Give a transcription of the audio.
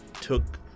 took